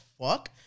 fuck